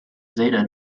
zeta